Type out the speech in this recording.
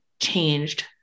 changed